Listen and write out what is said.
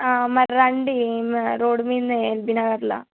మరి రండి మ రోడ్ మీద ఎల్బీ నగర్లో